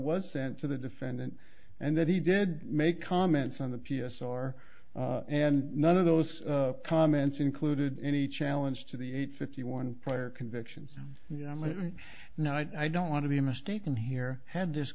was sent to the defendant and that he did make comments on the p s r and none of those comments included any challenge to the eight fifty one prior convictions now i don't want to be mistaken here had this